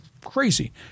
crazy